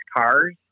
cars